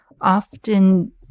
often